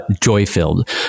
joy-filled